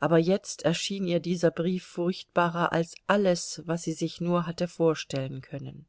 aber jetzt erschien ihr dieser brief furchtbarer als alles was sie sich nur hatte vorstellen können